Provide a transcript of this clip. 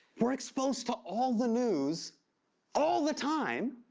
we're exposed to all the news all the time,